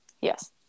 yes